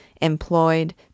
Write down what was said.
employed